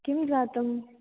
किं जातम्